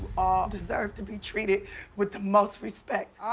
all deserve to be treated with the most respect.